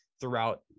throughout